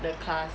the class